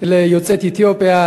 ליוצאת אתיופיה,